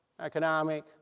economic